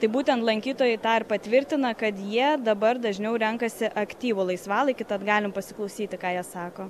tai būtent lankytojai tą ir patvirtina kad jie dabar dažniau renkasi aktyvų laisvalaikį tad galim pasiklausyti ką jie sako